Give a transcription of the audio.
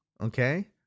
Okay